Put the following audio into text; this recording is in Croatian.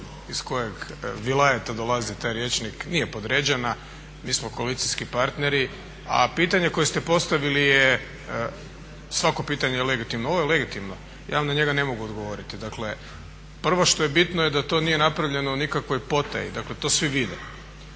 ne razumije./… dolazi taj rječnik, nije podređena, mi smo koalicijski partneri. A pitanje koje ste postavili je, svako pitanje je legitimno, ovo je legitimno, ja vam na njega ne mogu odgovoriti. Dakle, prvo što je bitno da to nije napravljeno u nikakvoj potaji, dakle to svi vide.